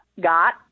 got